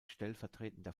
stellvertretender